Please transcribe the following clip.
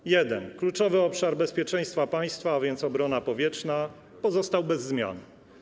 Po pierwsze, kluczowy obszar bezpieczeństwa państwa, a więc obrona powietrzna, pozostał bez zmian.